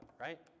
right